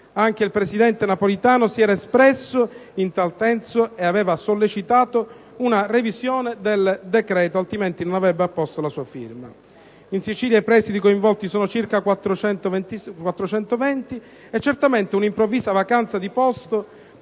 Anche il presidente Napolitano si era espresso in tal senso e aveva sollecitato una revisione del decreto, altrimenti non avrebbe apposto la sua firma. In Sicilia i presidi coinvolti sono circa 420 e certamente un'improvvisa vacanza di posto